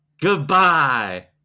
Goodbye